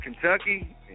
Kentucky